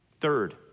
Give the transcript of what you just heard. Third